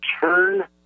turn